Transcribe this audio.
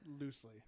Loosely